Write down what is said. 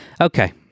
Okay